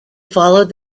followed